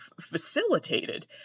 facilitated